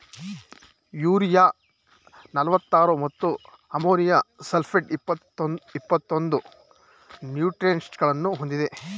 urea ನಲ್ವತ್ತಾರು ಮತ್ತು ammonium sulphate ಇಪ್ಪತ್ತೊಂದು ನ್ಯೂಟ್ರಿಯೆಂಟ್ಸಗಳನ್ನು ಹೊಂದಿದೆ